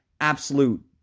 Absolute